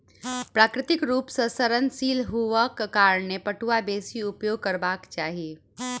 प्राकृतिक रूप सॅ सड़नशील हुअक कारणें पटुआ बेसी उपयोग करबाक चाही